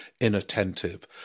inattentive